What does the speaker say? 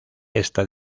esta